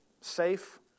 safe